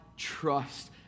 trust